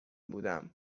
بودم